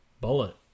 bullet